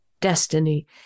destiny